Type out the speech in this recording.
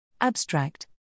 Abstract